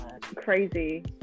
crazy